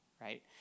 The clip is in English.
right